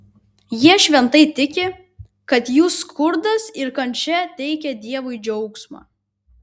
jie šventai tiki kad jų skurdas ir kančia teikia dievui džiaugsmą